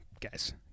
Guys